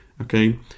okay